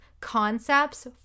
concepts